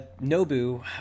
nobu